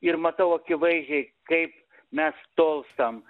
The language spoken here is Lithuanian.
ir matau akivaizdžiai kaip mes tolstam